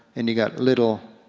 and you got little